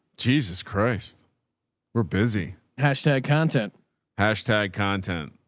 jesus christ were busy. hashtag content hashtag content.